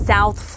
South